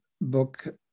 book